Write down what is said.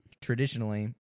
Traditionally